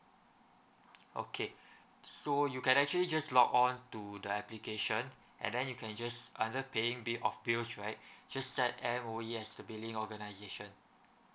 okay so you can actually just log on to the application and then you can just under paying bi~ of bills right just set M_O_E as the billing organisation